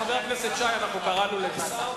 חבר הכנסת שי, קראנו לשר.